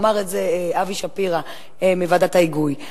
אמר את זה אבי שפירא מוועדת ההיגוי.